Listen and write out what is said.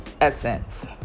essence